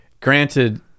Granted